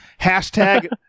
hashtag